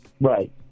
right